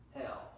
hell